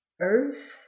Earth